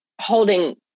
holding